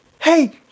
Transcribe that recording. hey